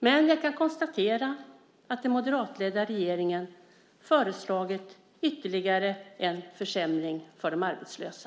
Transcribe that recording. Jag kan dock konstatera att den moderatledda regeringen föreslagit ytterligare en försämring för de arbetslösa.